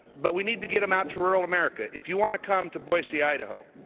but we need to get them out to rural america. if you want to come to boise, idaho,